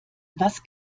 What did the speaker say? was